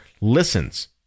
listens